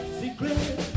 secret